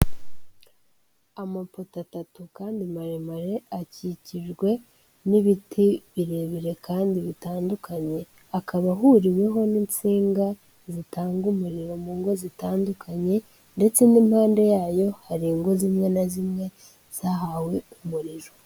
Amapoto atatu kandi maremare akikijwe n'ibiti birebirire kandi bitandukanye; akaba ahuriweho n'insinga zitanga umuriro mu ngo zitandukanye, ndetse n'impande yayo hari ingo zimwe na zimwe zahawe umuriro.